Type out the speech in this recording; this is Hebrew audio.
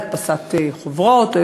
הדפסת חוברות,